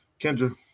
Kendra